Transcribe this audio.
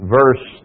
verse